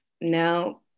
no